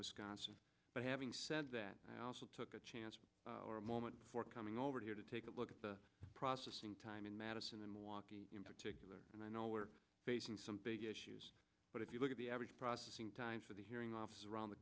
wisconsin but having said that i also took a chance or a moment before coming over here to take a look at the processing time in madison in milwaukee in particular and i know we are facing some big issues but if you look at the average processing time for the hearing officers around the